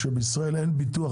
שבישראל אין בכלל ביטוח,